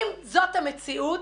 אם זאת המציאות,